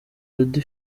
jody